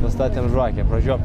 pastatėm žvakę pražiop